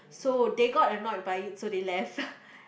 so they got annoyed by it do they left